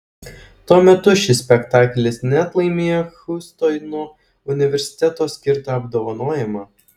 tuo metu šis spektaklis net laimėjo hjustono universiteto skirtą apdovanojimą